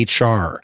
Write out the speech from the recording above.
HR